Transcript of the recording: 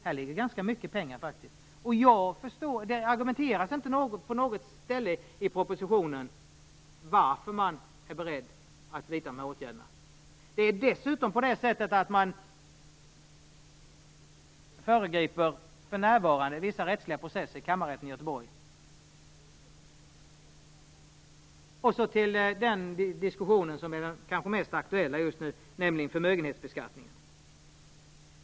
Det är faktiskt fråga om ganska mycket pengar. Det argumenteras inte på något ställe i propositionen för varför man är beredd att vidta dessa åtgärder. Man föregriper dessutom för närvarande vissa rättsliga processer i Kammarrätten i Jag skall sedan säga något om den diskussion som kanske är den mest aktuella just nu, nämligen den om förmögenhetsbeskattningen.